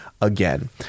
Again